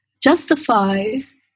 justifies